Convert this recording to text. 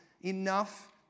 enough